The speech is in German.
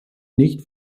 nicht